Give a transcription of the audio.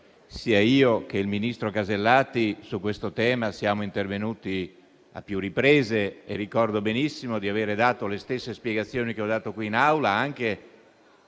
sia io che il ministro Alberti Casellati su questo tema siamo intervenuti a più riprese. E ricordo benissimo di avere fornito le stesse spiegazioni che ho dato qui in Aula e anche